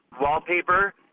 wallpaper